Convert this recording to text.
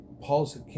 Paul's